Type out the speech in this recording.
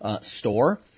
store